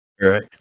Right